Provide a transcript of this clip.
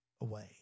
away